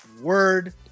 word